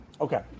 Okay